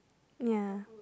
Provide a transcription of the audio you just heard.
ya